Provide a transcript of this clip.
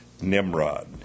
Nimrod